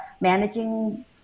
managing